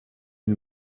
île